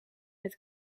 het